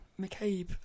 McCabe